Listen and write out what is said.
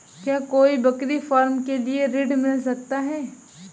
क्या कोई बकरी फार्म के लिए ऋण मिल सकता है?